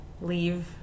leave